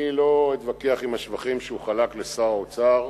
אני לא אתווכח עם השבחים שהוא חלק לשר האוצר,